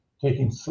taking